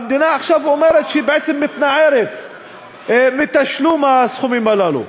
עכשיו אומרת המדינה שהיא בעצם מתנערת מתשלום הסכומים הללו.